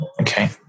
Okay